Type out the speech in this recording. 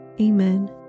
Amen